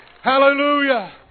Hallelujah